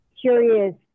curious